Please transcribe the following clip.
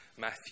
Matthew